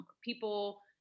people